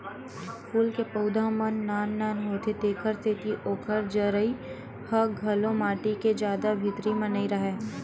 फूल के पउधा मन नान नान होथे तेखर सेती ओखर जरई ह घलो माटी के जादा भीतरी म नइ राहय